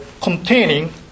containing